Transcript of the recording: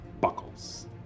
buckles